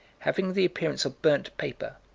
having the appearance of burnt paper,